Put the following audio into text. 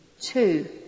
Two